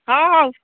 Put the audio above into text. ହଁ ହଉ